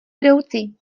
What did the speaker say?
brouci